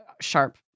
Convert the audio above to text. sharp